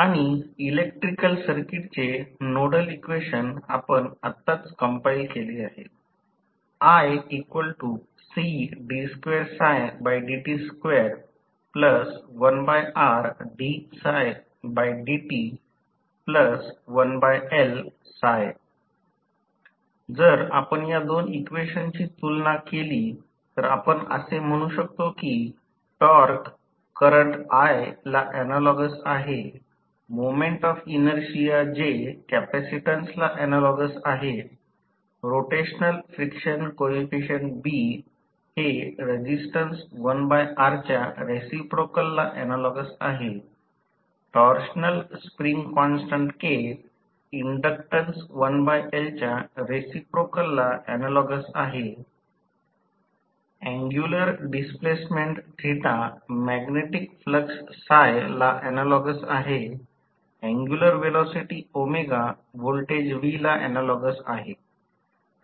आणि इलेक्ट्रिकल सर्किटचे nodal equation आपण आत्ताच कंपाईल केले आहे जर आपण या दोन इक्वेशनची तुलना केली तर आपण असे म्हणू शकतो की टॉर्क करंट i ला ऍनालॉगस आहे मोमेन्ट ऑफ इनर्शिया J कॅपेसिटन्सला ऍनालॉगस आहे रोटेशनल फ्रिक्शन कॉइफिसिएंट B हे रेसिस्टन्स 1R च्या रेसिप्रोकलला ऍनालॉगस आहे torsional spring constant K inductance 1L च्या रेसिप्रोकलला ऍनालॉगस आहे अँग्युलर डिस्प्लेसमेंट मॅग्नेटिक फ्लक्स ला ऍनालॉगस आहे अँग्युलर व्हेलॉसिटी व्होल्टेज V ला ऍनालॉगस आहे